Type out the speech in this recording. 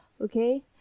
Okay